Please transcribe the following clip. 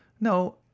No